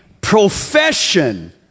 profession